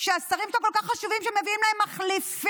שהשרים שלה כל כך חשובים, שמביאים להם מחליפים,